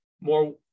more